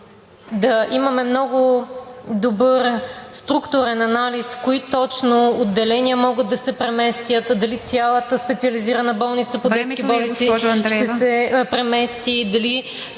да имаме много добър структурен анализ кои точно отделения могат да се преместят, дали цялата специализирана болница по детски болести...